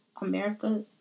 America